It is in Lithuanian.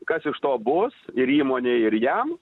kas iš to bus ir įmonei ir jam